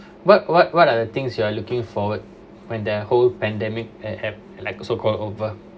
what what what are the things you are looking forward when there're whole pandemic and have like so called over